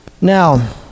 Now